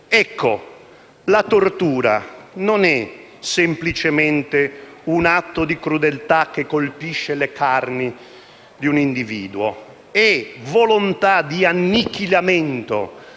mondo». La tortura non è semplicemente un atto di crudeltà che colpisce le carni di un individuo; è volontà di annichilimento